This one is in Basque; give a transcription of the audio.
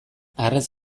harrez